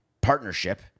partnership